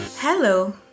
Hello